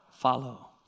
follow